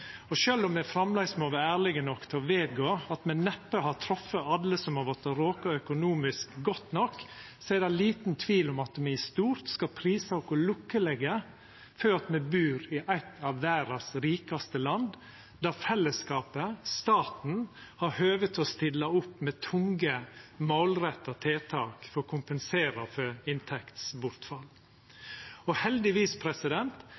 om me framleis må vera ærlege nok til å vedgå at me neppe har treft alle som har vorte råka økonomisk, godt nok, er det liten tvil om at me i stort skal prisa oss lukkelege før at me bur i eit av verdas rikaste land, der fellesskapet, staten, har høve til å stilla opp med tunge, målretta tiltak for å kompensera for